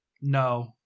No